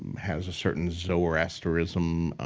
has a certain zoroastrianism